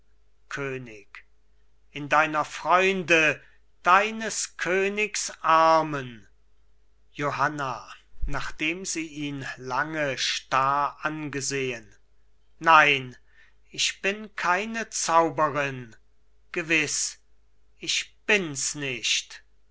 könig in deiner freunde deines königs armen johanna nachdem sie ihn lange starr angesehen nein ich bin keine zauberin gewiß ich bins nicht